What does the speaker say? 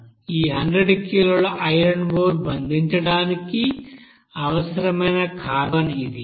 ఈ 100 కిలోల iron ore బంధించడానికి అవసరమైన కార్బన్ ఇది